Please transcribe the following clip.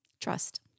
Trust